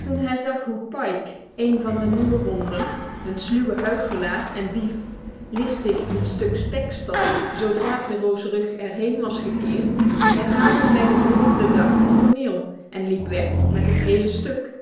toen hij zag hoe pike een van de nieuwe honden een sluwe huichelaar en dief listig een stuk spek stal zodra perrault's rug er heen was gekeerd herhaalde hij de volgende dag het toneel en liep weg met het hele stuk